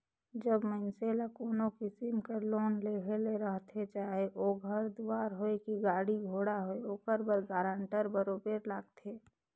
जब मइनसे ल कोनो किसिम कर लोन लेहे ले रहथे चाहे ओ घर दुवार होए कि गाड़ी घोड़ा होए ओकर बर गारंटर बरोबेर लागथे